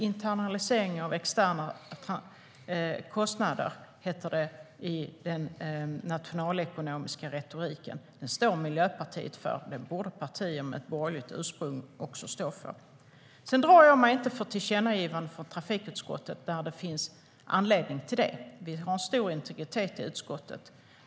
Internalisering av externa kostnader heter detta i den nationalekonomiska retoriken. Det står Miljöpartiet för, och det borde partier med borgerligt ursprung också göra. Jag drar mig inte för tillkännagivanden från trafikutskottet när det finns anledning till det. Vi har stor integritet i utskottet.